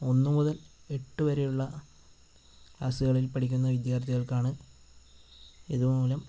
ഒന്നു മുതൽ എട്ടുവരെയുള്ള ക്ലാസ്സുകളിൽ പഠിക്കുന്ന വിദ്യാർത്ഥികൾക്കാണ് ഇതുമൂലം